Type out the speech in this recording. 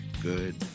good